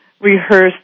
rehearsed